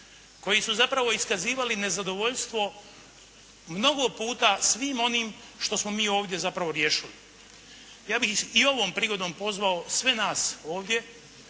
koji su zapravo iskazivali nezadovoljstvo mnogo puta svim onim što smo mi ovdje zapravo riješili. Ja bih i ovom prigodom pozvao sve nas ovdje